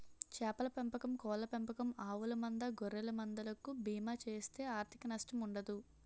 చేపల పెంపకం కోళ్ళ పెంపకం ఆవుల మంద గొర్రెల మంద లకు బీమా చేస్తే ఆర్ధిక నష్టం ఉండదు